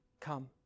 come